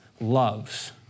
loves